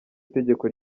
itegeko